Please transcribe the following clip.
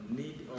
need